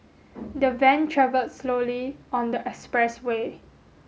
the van travelled slowly on the express way